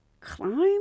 climb